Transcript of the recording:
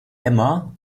emma